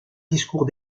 discours